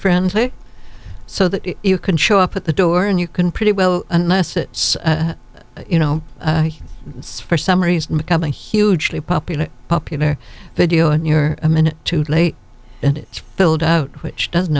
friendly so that you can show up at the door and you can pretty well unless it's you know it's for some reason become a hugely popular popular video and you're a minute too late and it's filled out which doesn't